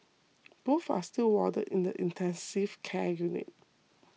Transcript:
both are still warded in the intensive care unit